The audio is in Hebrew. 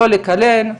לא לקלל,